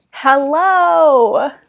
Hello